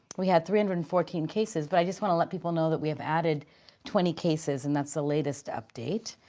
we had three hundred and fourteen cases, but i just want to let people know that we have added twenty cases and that's the latest update.